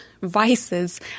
vices